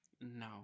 No